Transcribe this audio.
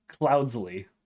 Cloudsley